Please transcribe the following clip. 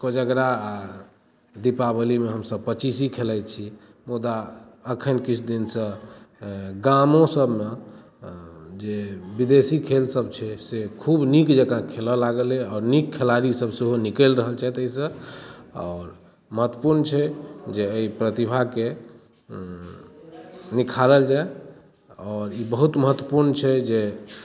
कोजगरा आ दीपावली मे हमसब पचीसी खेलाइ छी मुदा अखन किछु दिन सँ गामो सबमे जे विदेशी खेल सब छै से खूब नीक जकाँ खेलय लागल अछि नीक खिलाड़ी सब सेहो निकलि रहल छथि एहिसँ आओर महत्वपूर्ण छै जे एहि प्रतिभा के निखारल जाय आओर ई बहुत महत्वपूर्ण छै जे